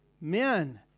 men